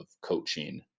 coaching